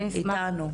איתנו,